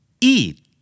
Eat